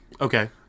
Okay